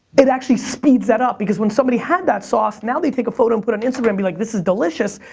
it actually speeds that up because when somebody had that sauce, now they take a photo and put on instagram, be like, this is delicious.